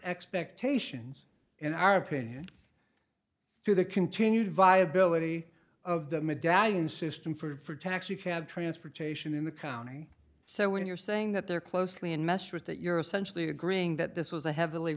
expectations in our opinion through the continued viability of the medallion system for taxicab transportation in the county so when you're saying that they're closely and messed with that you're essentially agreeing that this was a heavily